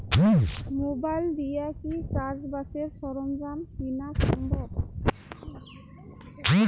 Mobile দিয়া কি চাষবাসের সরঞ্জাম কিনা সম্ভব?